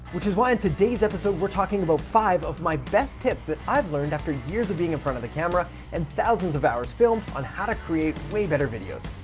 which is why in today's episode we're talking about five of my best tips that i've learned after years of being in front of the camera and thousands of hours filmed on how to create way better videos.